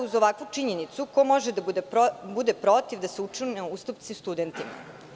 Uz ovakvu činjenicu, ko može da bude protiv da se učine ustupci studentima?